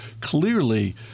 clearly